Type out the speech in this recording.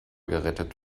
gerettet